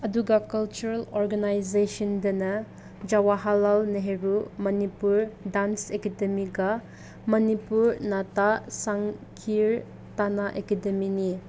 ꯑꯗꯨꯒ ꯀꯜꯆꯔꯦꯜ ꯑꯣꯔꯒꯅꯥꯏꯖꯦꯁꯟꯗꯅ ꯖꯋꯥꯍꯔꯂꯥꯜ ꯅꯦꯍꯔꯨ ꯃꯅꯤꯄꯨꯔ ꯗꯥꯟꯁ ꯑꯦꯀꯥꯗꯦꯃꯤꯒ ꯃꯅꯤꯄꯨꯔ ꯅꯥꯇꯛ ꯁꯪꯒꯤꯠꯇꯅ ꯑꯦꯀꯥꯗꯦꯃꯤꯅꯤ